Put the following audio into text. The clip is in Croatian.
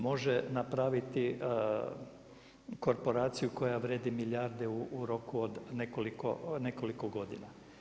Može napraviti korporaciju koja vrijedi milijarde u roku od nekoliko godina.